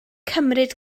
cymryd